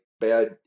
Bad